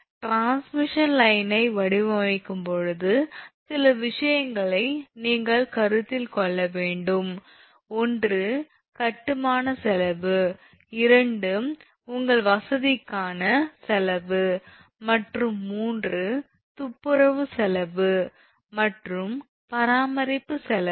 transmission லைனை வடிவமைக்கும்போது சில விஷயங்களை நீங்கள் கருத்தில் கொள்ள வேண்டும் ஒன்று கட்டுமான செலவு இரண்டு உங்கள் வசதிக்கான செலவு மற்றும் மூன்று துப்புரவு செலவு மற்றும் பராமரிப்பு செலவு